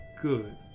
good